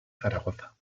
zaragoza